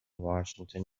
washington